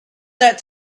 that